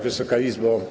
Wysoka Izbo!